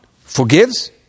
forgives